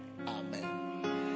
Amen